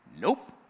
Nope